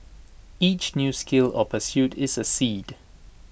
each new skill or pursuit is A seed